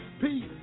peace